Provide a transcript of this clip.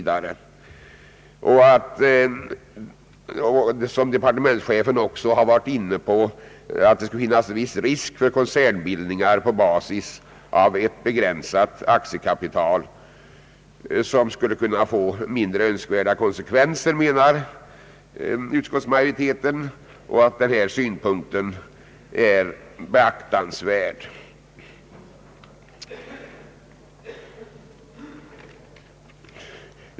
Det skulle — något som departementschefen också varit inne på — finnas viss risk för koncernbildningar på basis av ett begränsat aktiekapital, vilket skulle kunna få mindre önskvärda konsekvenser. Den synpunkten är enligt utskottsmajoriteten beaktansvärd.